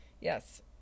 Yes